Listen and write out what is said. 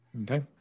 Okay